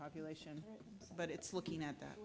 population but it's looking at that